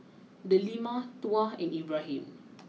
Delima Tuah and Ibrahim